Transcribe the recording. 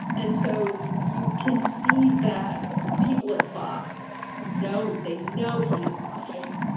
and so you can see that people at fox know they know he is watching.